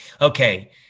okay